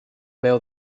veu